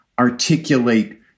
articulate